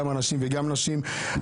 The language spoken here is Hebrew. גם לנשים וגם לגברים.